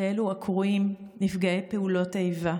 לאלו הקרואים נפגעי פעולות איבה,